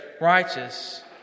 righteous